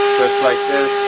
like this,